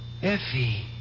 Effie